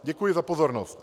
Děkuji za pozornost.